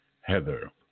Heather